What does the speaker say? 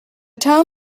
town